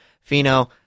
Fino